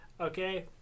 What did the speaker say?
Okay